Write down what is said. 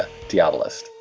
Diabolist